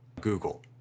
Google